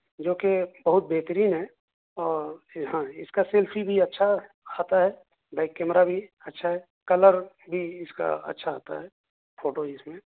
جو کہ بہت بہترین ہے اور ہاں اس کا سیلفی بھی اچھا آتا ہے بیک کیمرہ بھی اچھا ہے کلر بھی اس کا اچھا آتا ہے فوٹو اس میں